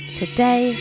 today